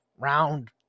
round